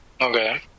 Okay